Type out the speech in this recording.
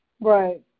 Right